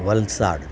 Valsad